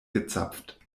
gezapft